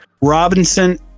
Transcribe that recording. Robinson